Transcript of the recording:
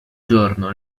giorno